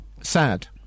Sad